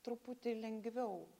truputį lengviau